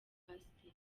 pasiteri